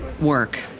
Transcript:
work